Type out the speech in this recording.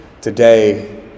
today